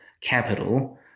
capital